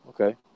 Okay